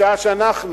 בשעה שאנחנו